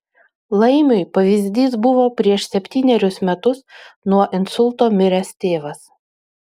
laimiui pavyzdys buvo prieš septynerius metus nuo insulto miręs tėvas